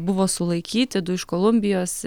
buvo sulaikyti du iš kolumbijos